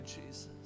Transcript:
Jesus